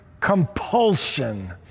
compulsion